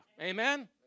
Amen